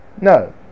No